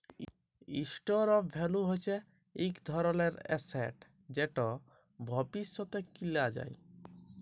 store of value হচ্যে ইক ধরলের এসেট যেট ভবিষ্যতে কিলা যায়